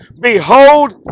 behold